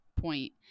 point